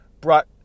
brought